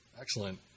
Excellent